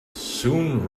soon